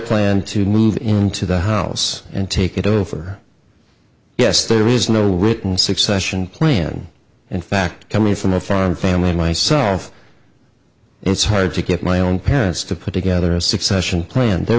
plan to move into the house and take it over yes there is no written succession plan and fact coming from a farm family myself it's hard to get my own parents to put together a succession plan there